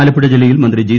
ആലപ്പുഴ ജില്ലയിൽ മന്ത്രി ജി